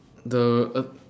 the uh